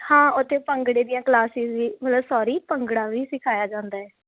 ਹਾਂ ਉੱਥੇ ਭੰਗੜੇ ਦੀਆਂ ਕਲਾਸਿਜ਼ ਵੀ ਮਤਲਬ ਸੋਰੀ ਭੰਗੜਾ ਵੀ ਸਿਖਾਇਆ ਜਾਂਦਾ